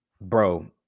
bro